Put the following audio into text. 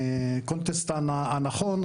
זה בקונטקסט הנכון,